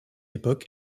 époque